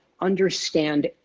understand